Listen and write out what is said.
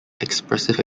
expressive